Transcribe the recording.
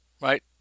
right